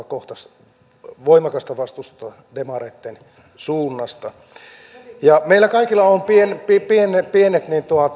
kohtasi voimakasta vastustusta demareitten suunnasta meillä kaikilla on pienet pienet